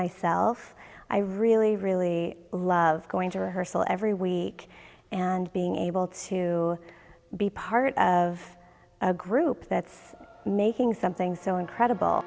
myself i really really love going to her so every week and being able to be part of a group that's making something so incredible